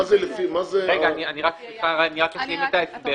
רק להשלים את ההסבר.